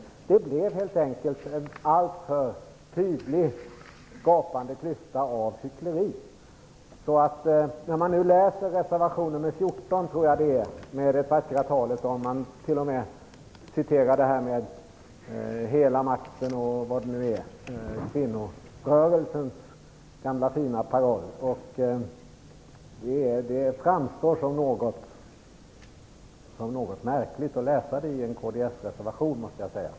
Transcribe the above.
Det blev helt enkelt en alltför tydligt gapande klyfta av hyckleri. I reservation nr 14 kan man läsa mycket vackert, och där citeras t.o.m. kvinnorörelsens gamla fina paroll Hela makten... - och vad det nu är. Det är något märkligt att få läsa detta i en kds-reservation, det måste jag säga.